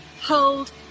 hold